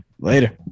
Later